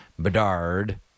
Bedard